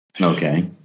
Okay